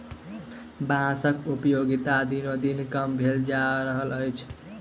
बाँसक उपयोगिता दिनोदिन कम भेल जा रहल अछि